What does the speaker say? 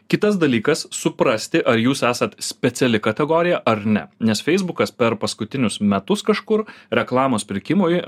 kitas dalykas suprasti ar jūs esat speciali kategorija ar ne nes feisbukas per paskutinius metus kažkur reklamos pirkimui